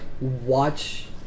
watch